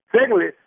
secondly